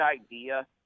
idea